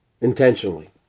intentionally